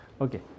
Okay